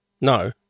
No